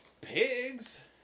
pigs